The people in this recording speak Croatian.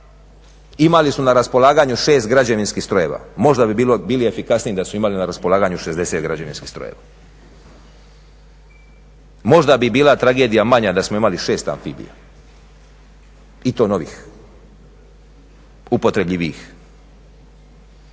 Imali su na raspolaganju 6 građevinskih strojeva. Možda bi bili efikasniji da su imali na raspolaganju 60 građevinskih strojeva. Možda bi bila tragedija manja da smo imali 6 amfibija i to novih, upotrebljivijih.